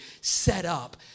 setup